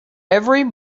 every